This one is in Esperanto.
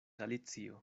alicio